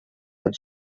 had